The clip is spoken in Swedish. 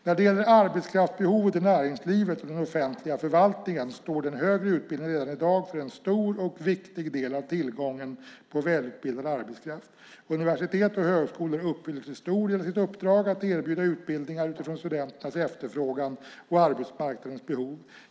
När det gäller arbetskraftsbehovet i näringslivet och den offentliga förvaltningen står den högre utbildningen redan i dag för en stor och viktig del av tillgången på välutbildad arbetskraft. Universitet och högskolor uppfyller till stor del sitt uppdrag att erbjuda utbildningar utifrån studenternas efterfrågan och arbetsmarknadens behov.